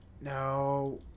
no